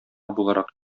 буларак